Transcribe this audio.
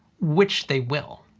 which they will.